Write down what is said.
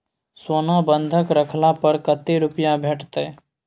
सोना बंधक रखला पर कत्ते रुपिया भेटतै?